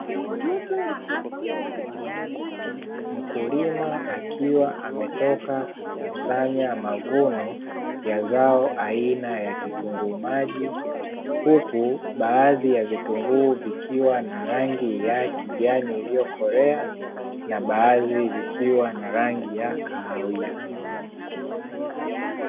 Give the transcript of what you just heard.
Mkulima akiwa ametoka kukusanya mavuno ya zao aina ya kitunguu maji, huku baadhi ya vitunguu vikiwa na rangi ya kijani iliyokolea na baadhi vikiwa na rangi ya kahawia.